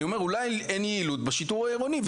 אני אומר שאולי אין בשיטור העירוני יעילות,